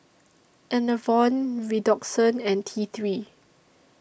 Enervon Redoxon and T three